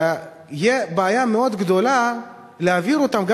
תהיה בעיה מאוד גדולה להעביר אותם.